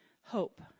Hope